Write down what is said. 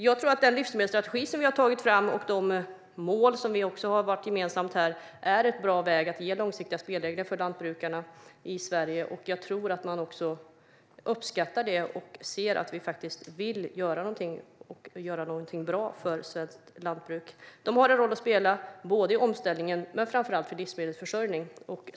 Jag tror att den livsmedelsstrategi som vi har tagit fram och de mål som vi gemensamt har satt upp är en bra väg för att ge långsiktiga spelregler för Sveriges lantbrukare. Jag tror att de uppskattar detta och ser att vi faktiskt vill göra något som är bra för svenskt lantbruk. De har en roll att spela både i omställningen och för livsmedelsförsörjningen.